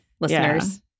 listeners